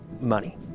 money